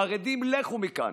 חרדים, לכו מכאן,